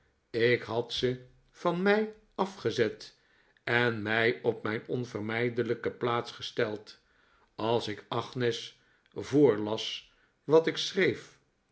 ik had ze van mij afgezet en mij op mijn onvermijdelijke plaats gesteld als ik agnes voorlas wat ik schreef